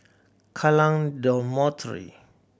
Kallang Dormitory